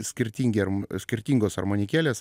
skirtingiems skirtingos armonikėlės